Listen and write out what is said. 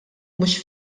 mhux